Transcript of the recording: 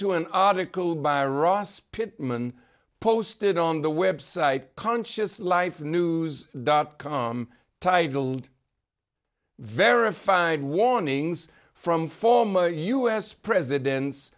to an article by ross pitman posted on the website conscious life news dot com titled verified warnings from former u s presidents